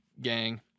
gang